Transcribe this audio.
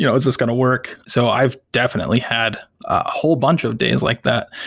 you know is this going to work? so i've definitely had a whole bunch of days like that.